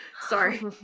Sorry